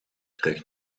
terug